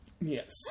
Yes